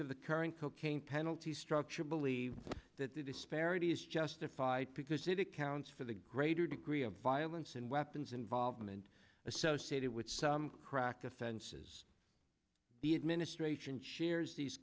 of the current cocaine penalty structure believe that the disparity is justified because it accounts for the greater degree of violence and weapons involvement associated with some crack offenses the administration shares these